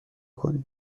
کنید